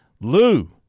Lou